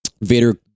Vader